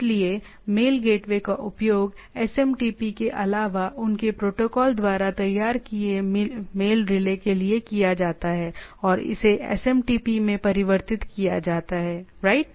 इसलिए mail gateway का उपयोग एसएमटीपी के अलावा उनके प्रोटोकॉल द्वारा तैयार मेल रिले के लिए किया जाता है और इसे एसएमटीपी में परिवर्तित किया जाता है राइट